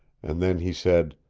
and then he said,